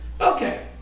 Okay